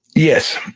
yes.